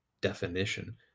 definition